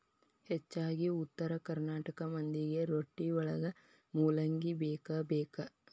ಹೆಚ್ಚಾಗಿ ಉತ್ತರ ಕರ್ನಾಟಕ ಮಂದಿಗೆ ರೊಟ್ಟಿವಳಗ ಮೂಲಂಗಿ ಬೇಕಬೇಕ